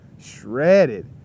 shredded